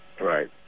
Right